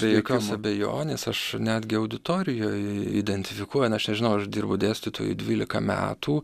be jokios abejonės aš netgi auditorijoj identifikuojant aš nežinau aš dirbau dėstytoju dvylika metų